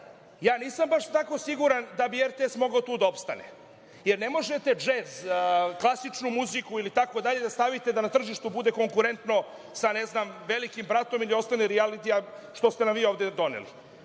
ja nisam baš tako siguran da bi RTS mogao tu da opstane, jer ne možete džez, klasičnu muziku itd. da stavite da na tržištu bude konkurentno sa ne znam „Velikim bratom“ ili ostalim rijalitijima, što ste nam vi ovde doneli. Onda